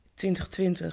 2020